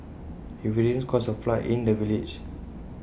heavy rains caused A flood in the village